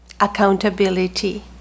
accountability